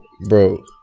Bro